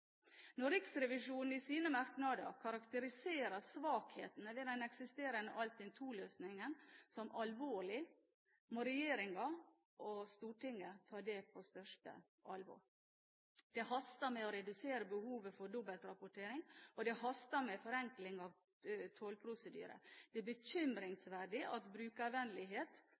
Når Riksrevisjonen i sine merknader karakteriserer svakhetene ved den eksisterende Altinn II-løsningen som alvorlige, må regjeringen og Stortinget ta det på største alvor. Det haster med å redusere behovet for dobbeltrapportering, og det haster med forenkling av tollprosedyrer. Det er bekymringsfullt at brukervennlighet